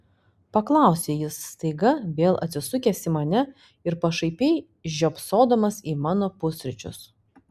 paklausė jis staiga vėl atsisukęs į mane ir pašaipiai žiopsodamas į mano pusryčius